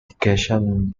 occasions